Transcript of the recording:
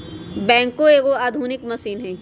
backhoe एगो आधुनिक machine हइ